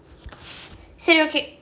சரி:sari okay